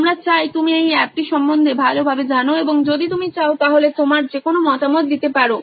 আমরা চাই তুমি এই অ্যাপটি সম্বন্ধে ভালো ভাবে জানো এবং যদি তুমি চাও তাহলে তোমার যেকোনো মতামত দিতে পারো